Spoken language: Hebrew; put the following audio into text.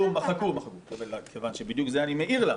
מחקו, מחקו, מכיוון שאת זה בדיוק אני מעיר לך,